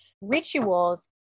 rituals